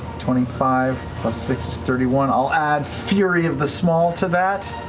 twenty five plus six is thirty one. i'll add fury of the small to that.